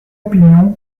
opinion